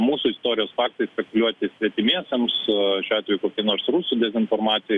mūsų istorijos faktais spekuliuoti svetimiesiems šiuo atveju kokiai nors rusų dezinformacijai